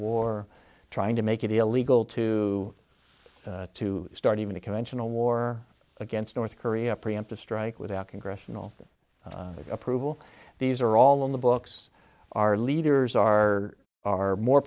war trying to make it illegal to to start even a conventional war against north korea a preemptive strike without congressional approval these are all on the books our leaders are are more